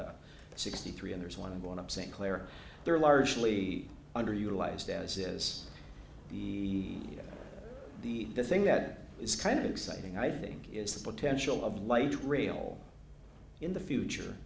the sixty three and there's one going up st clair they're largely underutilized as is the the the thing that is kind of exciting i think is the potential of light rail in the future